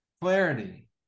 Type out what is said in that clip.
clarity